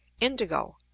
Indigo